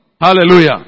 Hallelujah